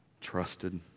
trusted